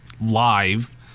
live